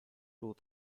two